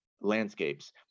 landscapes